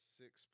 six